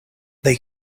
they